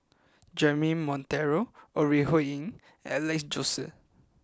Jeremy Monteiro Ore Huiying and Alex Josey